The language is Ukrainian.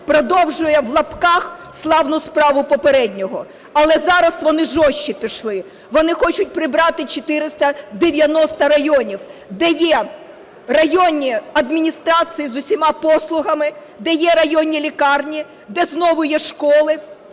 продовжує славну справу попереднього. Але зараз вони жорсткіше пішли: вони хочуть прибрати 490 районів, де є районні адміністрації з усіма послугами, де є районні лікарні, де знову є школи,